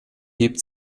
hebt